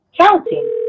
counting